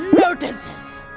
lotuses!